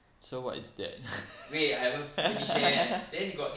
so what is that